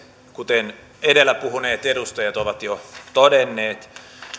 kuten edellä puhuneet edustajat ovat jo todenneet